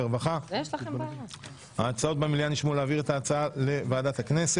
אין ההצעה להעביר את הצעות החוק לוועדת הפנים והגנת הסביבה נתקבלה.